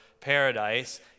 paradise